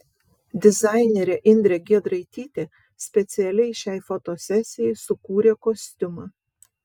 dizainerė indrė giedraitytė specialiai šiai fotosesijai sukūrė kostiumą